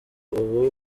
ubu